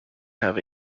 have